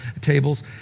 tables